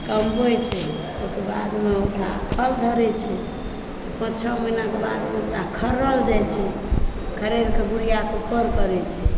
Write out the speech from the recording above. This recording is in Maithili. कमबै छै ओहिके बादमे ओकरा फल धरै छै पाँच छओ महिनाके बादमे ओकरा खड़्ड़ल जाइ छै खड़ड़िकऽ कुरियाकऽ ऊपर करल जाइ छै